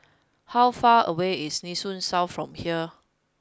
how far away is Nee Soon South from here